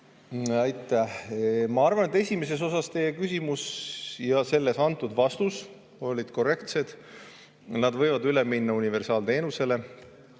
Aitäh! Ma arvan, et esimeses osas teie küsimus ja sellele antud vastus olid korrektsed. Nad võivad üle minna universaalteenusele.